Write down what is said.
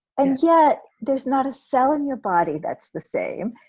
and yet, there's not a cell in your body that's the same,